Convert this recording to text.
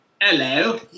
Hello